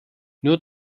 nur